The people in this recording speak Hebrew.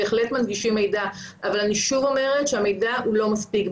בהחלט מנגישים מידע אבל אני שוב אומרת שהמידע הוא לא מספיק.